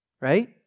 Right